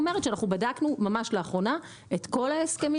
ממש לאחרונה בדקנו את כל ההסכמים.